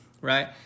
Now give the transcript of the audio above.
right